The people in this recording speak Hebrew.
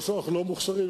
לא שאנחנו לא מוכשרים,